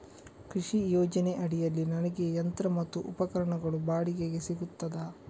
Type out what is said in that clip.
ಕೃಷಿ ಯೋಜನೆ ಅಡಿಯಲ್ಲಿ ನನಗೆ ಯಂತ್ರ ಮತ್ತು ಉಪಕರಣಗಳು ಬಾಡಿಗೆಗೆ ಸಿಗುತ್ತದಾ?